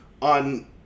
on